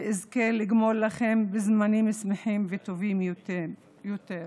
ואזכה לגמול לכם בזמנים שמחים וטובים יותר.